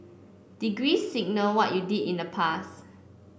degree signal what you did in the past